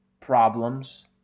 problems